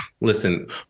listen